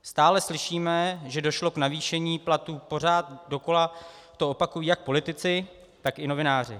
Stále slyšíme, že došlo k navýšení platů, pořád dokola to opakují jak politici, tak i novináři.